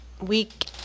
Week